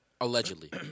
Allegedly